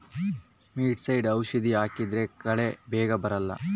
weedicide ಔಷಧಿ ಹಾಕಿದ್ರೆ ಕಳೆ ಬೇಗ ಬರಲ್ಲ